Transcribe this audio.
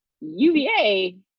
UVA